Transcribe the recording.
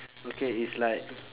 okay it's like